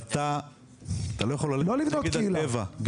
אתה לא יכול ללכת נגד הטבע.